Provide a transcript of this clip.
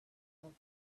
out